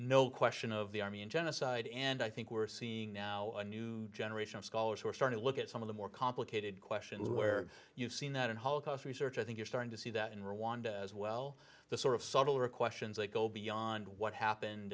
no question of the army and genocide and i think we're seeing now a new generation of scholars who are starting to look at some of the more complicated questions where you've seen that in holocaust research i think you're starting to see that in rwanda as well the sort of subtle or a question that go beyond what happened